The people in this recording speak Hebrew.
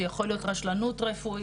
זה יכול להיות רשלנות רפואית,